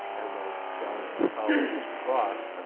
as i challenge my colleague mr. cross,